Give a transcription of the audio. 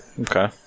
Okay